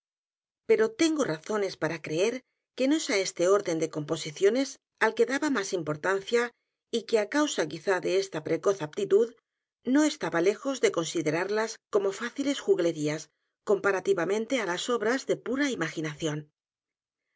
pero tengo razones para creer que no es á este orden de composiciones al que daba m á s importancia y que á causa quizá de esta precoz aptitud no estaba lejos de considerarlas como fáciles j u g l e r í a s comparativamente á las obras de p